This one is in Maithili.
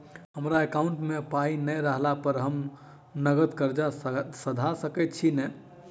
हमरा एकाउंट मे पाई नै रहला पर हम नगद कर्जा सधा सकैत छी नै?